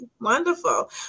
wonderful